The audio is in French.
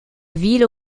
ville